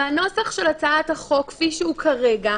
והנוסח של הצעת החוק כפי שהוא כרגע,